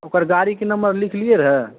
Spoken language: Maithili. ओकर गाड़ीके नम्बर लिखलियै रहए